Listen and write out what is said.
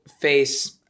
face